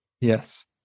Yes